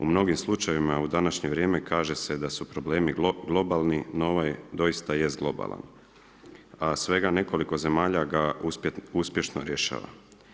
U mnogim slučajevima u današnje vrijeme kaže se da su problemi globalni, no ovaj doista jest globalan a svega nekoliko zemalja ga uspješno rješava.